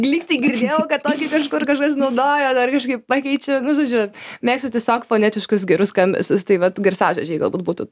lyg tai girdėjau kad kažkur kažkas naudoja dar kažkaip pakeičiu nu žodžiu mėgstu tiesiog fonetiškus gerus skambesius tai vat garsažodžiai galbūt būtų